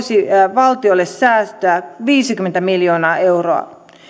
valtiolle säästöä viisikymmentä miljoonaa euroa